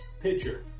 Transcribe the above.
pitcher